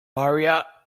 maria